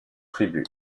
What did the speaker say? tribu